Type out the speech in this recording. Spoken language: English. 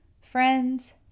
friends